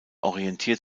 orientiert